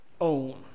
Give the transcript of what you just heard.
own